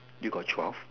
you got twelve